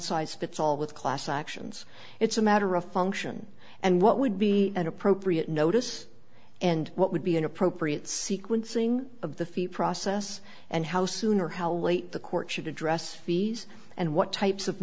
size fits all with class actions it's a matter of function and what would be an appropriate notice and what would be an appropriate sequencing of the fee process and how soon or how late the court should address fees and what types of